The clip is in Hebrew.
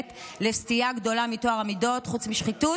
ל"סטייה גדולה מטוהר המידות" חוץ מ"שחיתות".